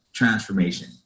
Transformation